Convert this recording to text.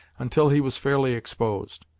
until he was fairly exposed.